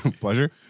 pleasure